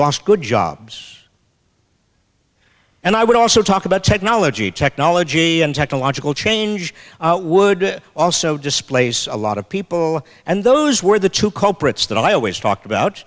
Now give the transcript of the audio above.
lost good jobs and i would also talk about technology technology and technological change would also displace a lot of people and those were the two culprits that i always talked about